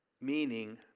meaning